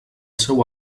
seu